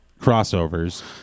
crossovers